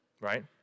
right